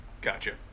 Gotcha